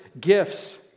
gifts